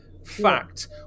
fact